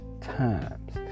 times